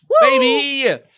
baby